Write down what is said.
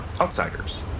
outsiders